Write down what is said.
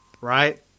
Right